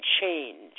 change